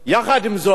יחד עם זאת,